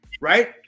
right